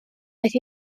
beth